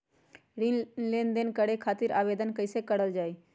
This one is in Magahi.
ऋण लेनदेन करे खातीर आवेदन कइसे करल जाई?